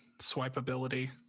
swipeability